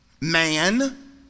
man